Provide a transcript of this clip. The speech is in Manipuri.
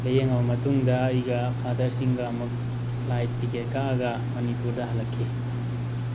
ꯂꯥꯏꯌꯦꯡꯉꯕ ꯃꯇꯨꯡꯗ ꯑꯩꯒ ꯐꯥꯗꯔꯁꯤꯡꯒ ꯑꯃꯨꯛ ꯐ꯭ꯂꯥꯏꯠ ꯇꯤꯀꯦꯠ ꯀꯛꯑꯒ ꯃꯅꯤꯄꯨꯔꯗ ꯍꯜꯂꯛꯈꯤ